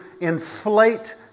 inflate